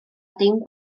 dim